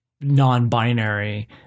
non-binary